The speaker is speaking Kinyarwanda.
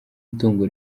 itungo